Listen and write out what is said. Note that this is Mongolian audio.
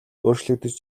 өөрчлөгдөж